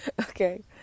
okay